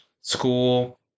school